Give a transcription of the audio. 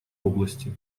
области